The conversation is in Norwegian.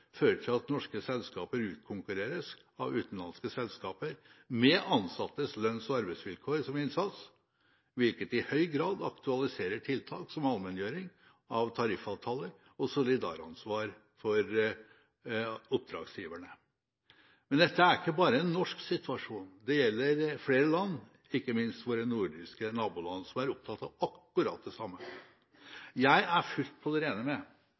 fører til at norske selskaper utkonkurreres av utenlandske selskaper med ansattes lønns- og arbeidsvilkår som innsats, hvilket i høy grad aktualiserer tiltak som allmenngjøring av tariffavtaler og solidaransvar for oppdragsgiverne. Dette er ikke bare en norsk situasjon. Det gjelder flere land, ikke minst våre nordiske naboland som er opptatt av akkurat det samme. Jeg er fullt på det rene med